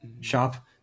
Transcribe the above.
shop